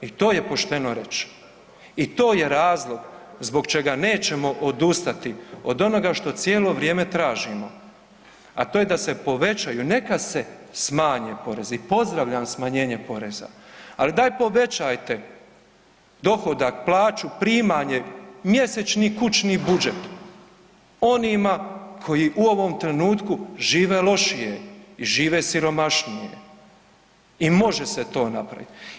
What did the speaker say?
I to je pošteno reći i to je razlog zbog čega nećemo odustati od onoga što cijelo vrijeme tražimo, a to je da se povećaju, neka se smanje porezi, pozdravljam smanjenje poreza, ali daj povećajte dohodak, plaću, primanje mjesečni kućni budžet onima koji u ovom trenutku žive lošije i žive siromašnije i može se to napraviti.